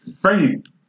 Frankie